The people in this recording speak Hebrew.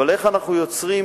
אבל איך אנחנו יוצרים